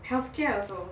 healthcare also